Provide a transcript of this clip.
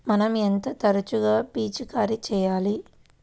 మనం ఎంత తరచుగా పిచికారీ చేయాలి?